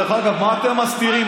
דרך אגב, מה אתם מסתירים?